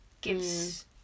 gives